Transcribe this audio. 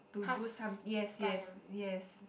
to do some yes yes yes